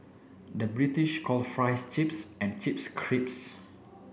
the British call fries chips and chips crisps